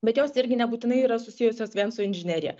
bet jos irgi nebūtinai yra susijusios vien su inžinerija